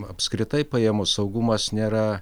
apskritai paėmus saugumas nėra